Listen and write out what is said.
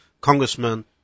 congressman